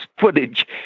footage